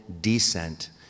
descent